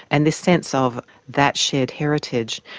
and this sense of that shared heritage.